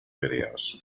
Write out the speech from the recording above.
videos